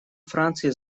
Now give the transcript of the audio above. франции